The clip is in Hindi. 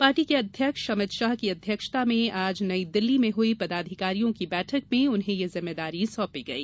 पार्टी के अध्यक्ष अमित शाह की अध्यक्षता में आज नई दिल्ली में हुई पदाधिकारियों की बैठक में उन्हें ये जिम्मेदारी सौंपी गई